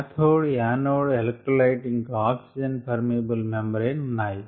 cathode anode electrolyte ఇంకా oxygen permeable membrane ఉన్నాయి